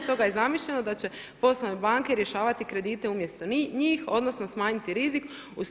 Stoga je zamišljeno da će poslovne banke rješavati kredite umjesto njih, odnosno smanjiti rizik.